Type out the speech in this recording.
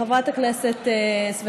חברת הכנסת סבטלובה,